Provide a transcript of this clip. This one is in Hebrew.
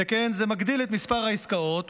שכן זה מגדיל את מספר העסקאות,